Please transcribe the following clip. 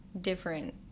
different